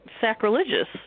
sacrilegious